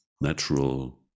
natural